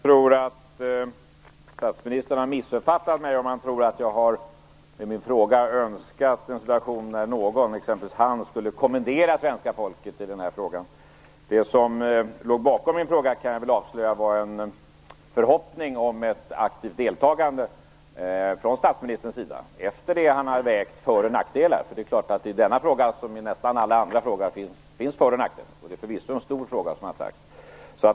Fru talman! Jag tror att statsministern har missuppfattat mig om han tror att jag med min fråga har önskat en situation där någon, exempelvis han, skulle kommendera svenska folket i den här frågan. Det som låg bakom min fråga kan jag avslöja var en förhoppning om ett aktivt deltagande från statsministerns sida efter det att han har vägt för och nackdelar. Det är klart att det i denna fråga, liksom i nästan alla andra frågor, finns för och nackdelar, och detta är förvisso en stor fråga.